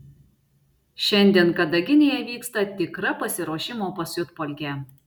šiandien kadaginėje vyksta tikra pasiruošimo pasiutpolkė